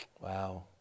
Wow